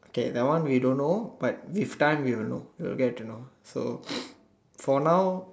okay that one we don't know but with time we will know we will get to know so for now